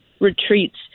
retreats